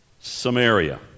Samaria